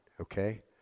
okay